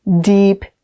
deep